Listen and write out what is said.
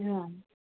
yeah